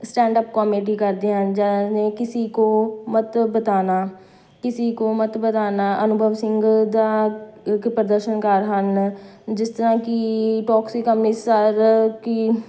stand-up comedy ਕਰਦੇ ਹਨ ਜਾਨੇ ਕਿਸੀ ਕੋ ਮਤ ਬਤਾਨਾ ਕਿਸੀ ਕੋ ਮਤ ਬਤਾਨਾ ਅਨੁਭਵ ਸਿੰਘ ਦਾ ਇੱਕ ਪ੍ਰਦਰਸ਼ਨਕਾਰ ਹਨ ਜਿਸ ਤਰ੍ਹਾਂ ਕਿ ਟੋਕਸਿਕ ਅੰਮ੍ਰਿਤਸਰ ਕੀ